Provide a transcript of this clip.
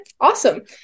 awesome